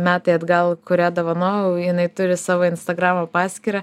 metai atgal kurią dovanojau jinai turi savo instagramo paskyrą